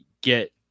get